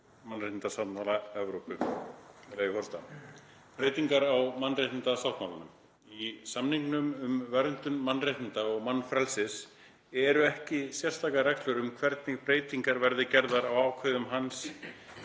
mannréttindasáttmála Evrópu: „Breytingar á mannréttindasáttmálanum. Í samningnum um verndun mannréttinda og mannfrelsis eru ekki sérstakar reglur um hvernig breytingar verði gerðar á ákvæðum hans